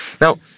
Now